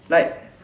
like